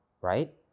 right